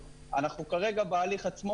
כרגע בהליך עצמו,